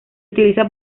utiliza